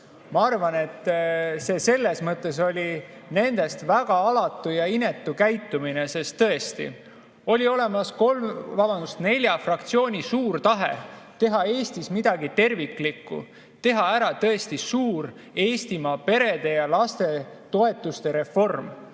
Ma arvan, et selles mõttes oli see nendest väga alatu ja inetu käitumine, sest tõesti oli olemas kolme, vabandust, nelja fraktsiooni suur tahe teha Eestis midagi terviklikku, teha tõesti ära suur Eestimaa pere- ja lastetoetuste reform.